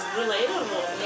relatable